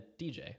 DJ